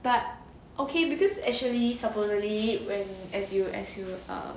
but okay because actually supposedly when as you as you err